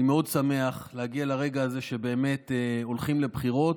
אני מאוד שמח להגיע לרגע הזה שבאמת הולכים לבחירות,